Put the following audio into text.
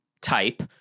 type